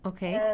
Okay